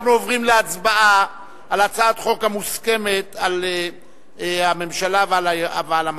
אנחנו עוברים להצבעה על הצעת חוק המוסכמת על הממשלה ועל המציע,